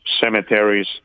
cemeteries